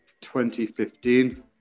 2015